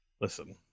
Listen